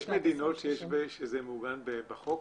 יש מדינות שזה מעוגן בחוק?